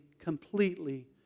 Completely